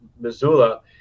Missoula